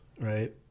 right